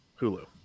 Hulu